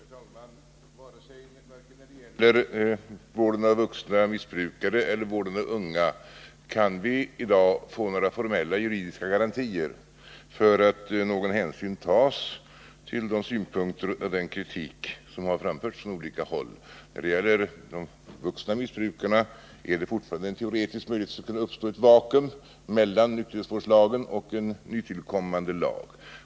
Herr talman! Varken när det gäller vården av vuxna missbrukare eller när det gäller vården av unga kan vi i dag få några formella juridiska garantier för att någon hänsyn tas till de synpunkter och den kritik som har framförts från olika håll. När det gäller de vuxna missbrukarna finns det fortfarande en teoretisk möjlighet att det skall kunna uppstå ett vakuum mellan nykterhetsvårdslagen och en tillkommande lag.